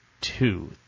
two